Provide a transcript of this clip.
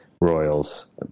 royals